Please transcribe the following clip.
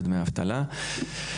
ודמי אבטלה.